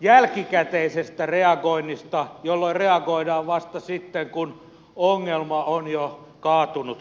jälkikäteisestä reagoinnista jolloin reagoidaan vasta sitten kun ongelma on jo kaatunut päälle